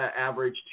average